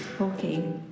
Okay